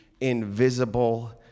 invisible